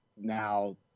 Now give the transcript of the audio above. now